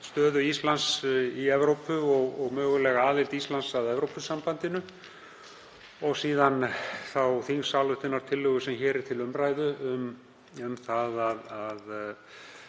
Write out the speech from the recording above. stöðu Íslands í Evrópu, mögulega aðild Íslands að Evrópusambandinu og síðan þá þingsályktunartillögu sem hér er til umræðu um að